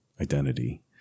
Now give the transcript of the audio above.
identity